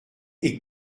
est